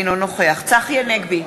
אינו נוכח צחי הנגבי,